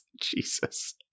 Jesus